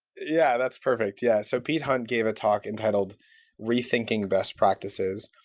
yeah, that's perfect. yeah. so pete hunt gave a talk entitled rethinking best practices,